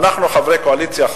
אנחנו חברי אופוזיציה,